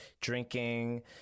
drinking